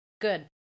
Good